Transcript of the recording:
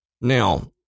now